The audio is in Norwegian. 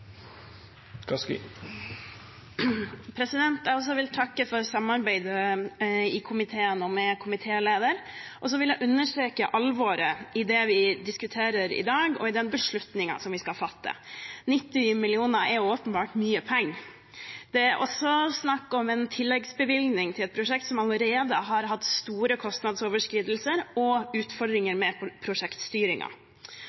Jeg vil også takke for samarbeidet i komiteen og med komitélederen, og jeg vil understreke alvoret i det vi diskuterer i dag, og i den beslutningen vi skal fatte. 90 mill. kr er jo mye penger. Det er også snakk om en tilleggsbevilgning til et prosjekt som allerede har hatt store kostnadsoverskridelser og